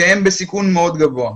שהם בסיכון מאוד גבוה.